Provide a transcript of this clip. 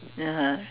(uh huh)